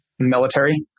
military